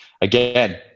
again